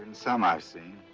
some i've seen.